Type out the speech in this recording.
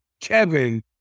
Kevin